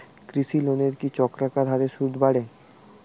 কৃষি লোনের কি চক্রাকার হারে সুদ বাড়ে?